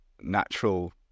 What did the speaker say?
natural